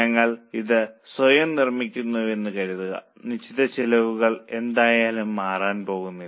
ഞങ്ങൾ ഇത് സ്വയം നിർമ്മിക്കുന്നുവെന്ന് കരുതുക നിശ്ചിത ചെലവുകൾ എന്തായാലും മാറാൻ പോകുന്നില്ല